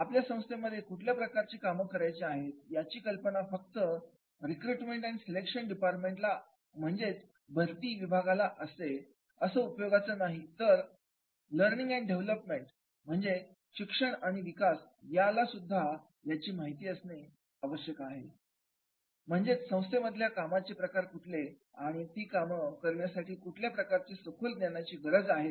आपल्या संस्थे मध्ये कुठल्या प्रकारची कामं करायची आहेत याची कल्पना फक्त रिक्रूटमेंट अँड सिलेक्शन डिपार्टमेंटलाच Recruitment Selection Department असून उपयोगाचं नाही तर लर्निंग अँड डेव्हलपमेंट डिपार्टमेंटला Learning Development सुद्धा या बद्दल संपूर्ण माहिती हवी की संस्थे मधल्या कामांचे प्रकार कुठले आणि ती काम करण्यासाठी कुठल्या प्रकारच्या सखोल ज्ञानाची गरज आहे